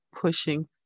pushing